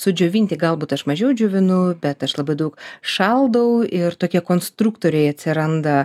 sudžiovinti galbūt aš mažiau džiovinu bet aš labai daug šaldau ir tokie konstruktoriai atsiranda